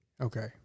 okay